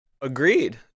agreed